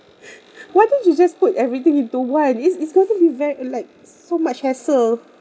what don't you just put everything into one it's it's going to be very like so much hassle